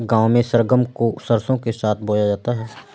गांव में सरगम को सरसों के साथ बोया जाता है